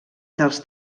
dels